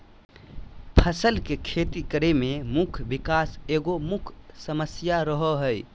फसल के खेती करे में भूमि विकार एगो मुख्य समस्या रहो हइ